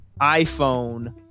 iPhone